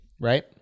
Right